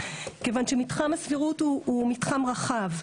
כיוון שמתחם הסבירות הוא מתחם רחב,